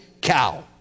cow